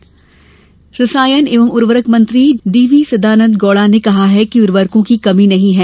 urea आपूर्ति रसायन एवं उर्वरक मंत्री डीवी सदानंद गौड़ा ने कहा कि उवर्रकों की कमी नहीं है